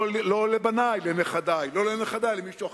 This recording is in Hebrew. לא לבני, אז לנכדי, לא לנכדי, למישהו אחר.